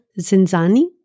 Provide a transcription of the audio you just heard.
Zinzani